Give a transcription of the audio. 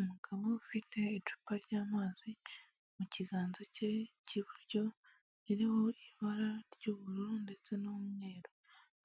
Umugabo ufite icupa ry'amazi mu kiganza cye cy'iburyo ririho ibara ry'ubururu ndetse n'umweru,